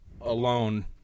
alone